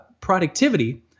productivity